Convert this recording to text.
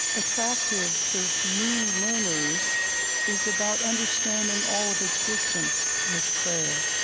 attractive to new learners is about understanding all of existence as prayer.